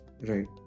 Right